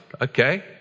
okay